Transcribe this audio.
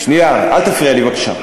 שנייה, אל תפריע לי בבקשה.